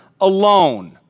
alone